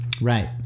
Right